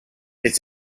its